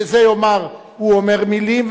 זה יאמר: הוא אומר מלים,